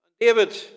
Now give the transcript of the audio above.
David